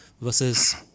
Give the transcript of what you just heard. versus